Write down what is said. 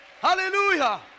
Hallelujah